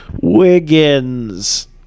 wiggins